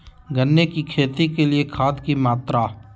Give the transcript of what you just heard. गन्ने की खेती के लिए खाद की मात्रा?